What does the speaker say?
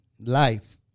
life